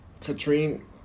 Katrine